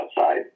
outside